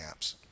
apps